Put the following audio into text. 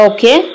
Okay